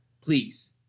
Please